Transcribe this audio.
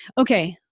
Okay